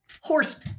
Horse